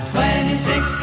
Twenty-six